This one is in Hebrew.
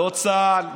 לא צה"ל,